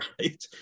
right